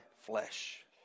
flesh